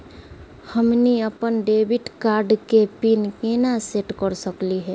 हमनी अपन debit card के पीन केना सेट कर सकली हे?